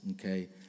okay